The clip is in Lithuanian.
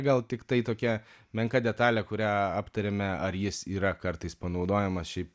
gal tiktai tokia menka detalė kurią aptarėme ar jis yra kartais panaudojamas šiaip